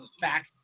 back